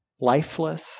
lifeless